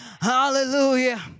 hallelujah